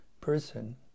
person